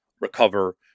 recover